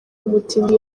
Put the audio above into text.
umutindi